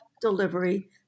delivery